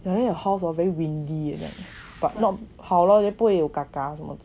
like that your house hor very windy but not 好了 then 不会有 gaga